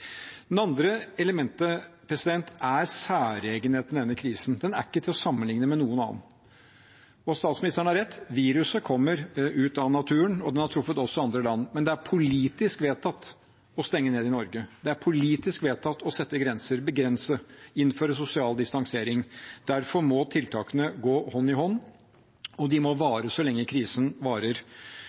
andre elementet er særegenheten ved denne krisen, den er ikke til å sammenligne med noen annen. Statsministeren har rett: Viruset kommer fra naturen, og det har også truffet andre land. Men det er politisk vedtatt å stenge ned i Norge, det er politisk vedtatt å sette grenser, begrense og innføre sosial distansering. Derfor må tiltakene gå hånd i hånd, og de må vare så lenge krisen varer.